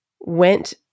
went